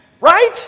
Right